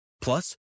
Plus